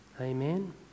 Amen